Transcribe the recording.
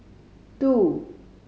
two